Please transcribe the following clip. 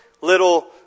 little